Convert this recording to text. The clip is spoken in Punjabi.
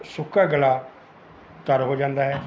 ਸੁੱਕਾ ਗਲਾ ਤਰ ਹੋ ਜਾਂਦਾ ਹੈ